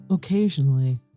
Occasionally